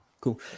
Cool